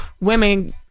women